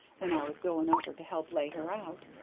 when i was going over to help lay her out.